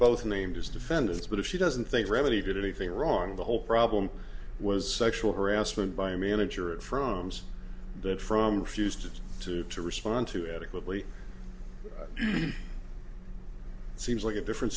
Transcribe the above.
both named as defendants but if she doesn't think really did anything wrong the whole problem was sexual harassment by a manager at firms that from fused to to respond to adequately seems like a different